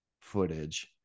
footage